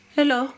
Hello